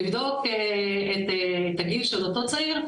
לבדוק את הגיל של אותו צעיר,